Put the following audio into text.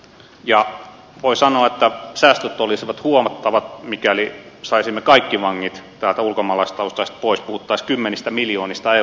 ja voi sanoa että säästöt olisivat huomattavat mikäli saisimme täältä kaikki ulkomaalaistaustaiset vangit pois puhuttaisiin kymmenistä miljoonista euroista